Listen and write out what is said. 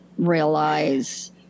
realize